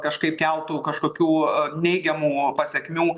kažkaip keltų kažkokių neigiamų pasekmių